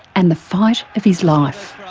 and the fight of his life.